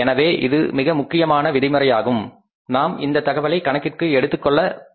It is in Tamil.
எனவே இது மிக முக்கியமான விதிமுறையாகும் நாம் அந்த தகவலை கணக்கிற்கு எடுத்துக் கொள்ளவேண்டும்